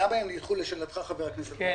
למה הם נדחו, לשאלתך, חבר הכנסת גפני?